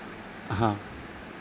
हां